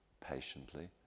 patiently